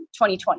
2020